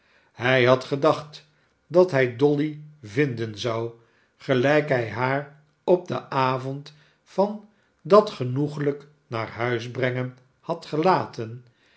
hij had gedacht dat hij dolly vinden zou gelijk hij haar op den avond van dat genoeglijk naarhuisbrengen had gelaten